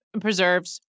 preserves